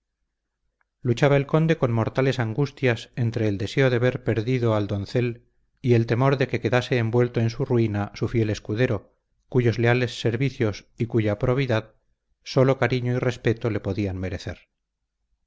luchaba el conde con mortales angustias entre el deseo de ver perdido al doncel y el temor de que quedase envuelto en su ruina su fiel escudero cuyos leales servicios y cuya probidad sólo cariño y respeto le podían merecer